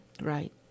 Right